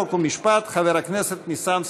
חוק ומשפט חבר הכנסת ניסן סלומינסקי.